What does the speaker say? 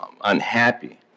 unhappy